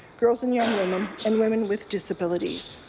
girls and young women and women with disabilities.